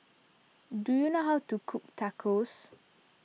do you know how to cook Tacos